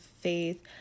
faith